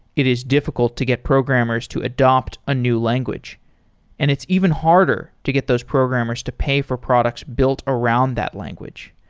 it is difficult to get programmers to adapt a new language and it's even harder to get those programmers to pay for products built around that language,